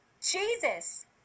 Jesus